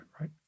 right